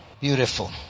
beautiful